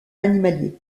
animalier